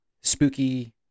spooky